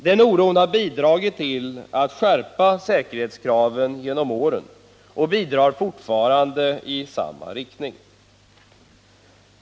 Den oron har bidragit till att skärpa säkerhetskraven genom åren och bidrar fortfarande i samma riktning.